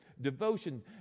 devotion